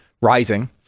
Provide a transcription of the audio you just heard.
rising